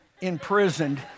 imprisoned